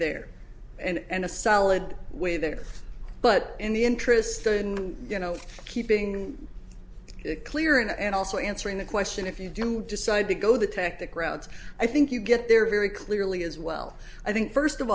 there and a solid way there but in the interest in you know keeping it clear and and also answering the question if you do decide to go the tactic route i think you get there very clearly as well i think first of